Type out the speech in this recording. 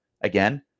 Again